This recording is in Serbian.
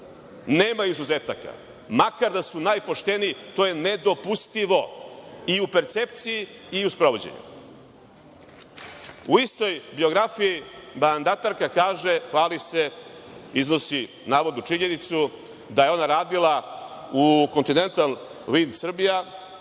Nema izuzetaka, makar da su najpošteniji, to je nedopustivo i u percepciji i u sprovođenju.U istoj biografiji mandatarka kaže, hvali se, iznosi navodnu činjenicu da je ona radila u „Kontinental Links Srbija“